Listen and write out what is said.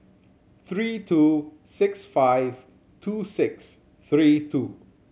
three two six five two six three two